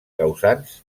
causants